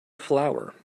flower